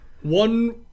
One